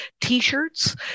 t-shirts